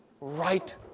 right